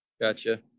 Gotcha